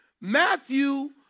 Matthew